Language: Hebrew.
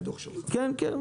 כן, כן.